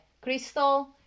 crystal